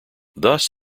thus